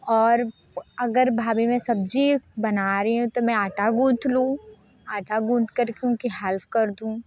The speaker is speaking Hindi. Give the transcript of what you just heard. और अगर भाभी में सब्ज़ी बना रही हैं तो मैं आटा गूँद लूँ आटा गूँद कर के उनकी हेल्प कर दूँ